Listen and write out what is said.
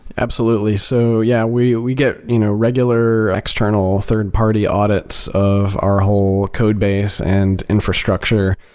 absolutely. so yeah, we we get you know regular external third-party audits of our whole code base and infrastructure.